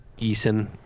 Eason